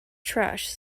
trash